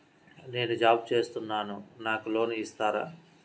నేను జాబ్ చేస్తున్నాను నాకు లోన్ ఇస్తారా?